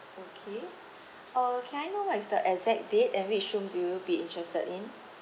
okay uh can I know what is the exact date and which room do you be interested in